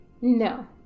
no